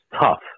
tough